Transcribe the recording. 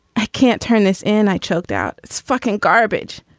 i can't turn this in. i choked out its fucking garbage.